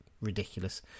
ridiculous